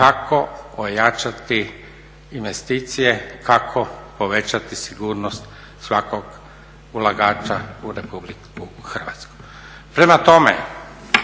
kako ojačati investicije, kako povećati sigurnost svakog ulagača u Republici Hrvatskoj. Prema tome,